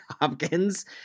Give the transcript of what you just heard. Hopkins